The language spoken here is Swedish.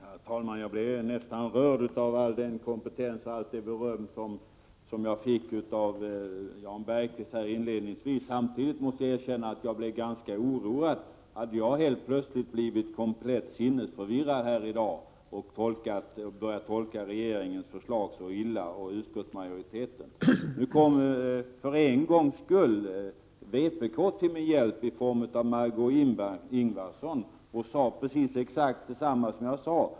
Herr talman! Jag blev nästan rörd av allt det beröm som jag fick av Jan Bergqvist. Samtidigt måste jag erkänna att jag blev ganska oroad. Det verkar som om jag helt plötsligt blivit sinnesförvirrad här i dag och börjat tolka regeringens förslag så illa. Nu kom för en gångs skull vpk till min hjälp i form av Margé Ingvardsson. Hon sade exakt samma sak som jag.